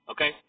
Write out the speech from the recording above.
Okay